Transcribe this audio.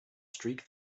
streak